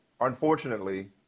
unfortunately